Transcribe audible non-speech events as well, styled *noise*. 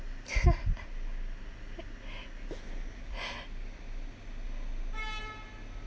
*laughs*